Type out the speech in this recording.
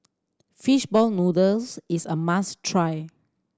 fish ball noodles is a must try